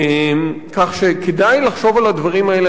כך שכדאי לחשוב על הדברים האלה,